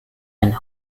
and